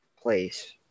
place